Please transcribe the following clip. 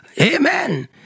Amen